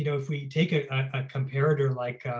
you know if we take a ah comparator like,